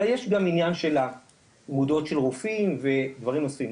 אלא יש גם עניין של מודעות של רופאים ודברים נוספים,